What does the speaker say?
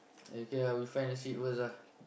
okay lah we find a seat first ah